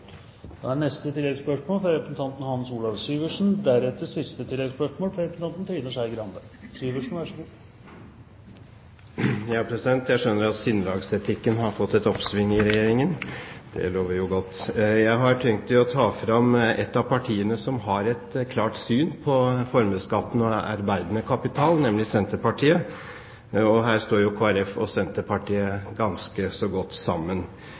Hans Olav Syversen – til oppfølgingsspørsmål. Jeg skjønner at sinnelagsetikken har fått et oppsving i Regjeringen. Det lover jo godt. Jeg har tenkt å ta fram et av partiene som har et klart syn på formuesskatten og arbeidende kapital, nemlig Senterpartiet. Her står jo Kristelig Folkeparti og Senterpartiet ganske så godt sammen